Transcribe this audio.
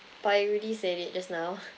but you already said it just now